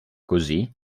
così